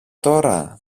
τώρα